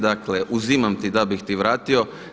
Dakle, uzimam ti da bih ti vratio.